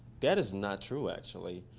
that is not true, actually.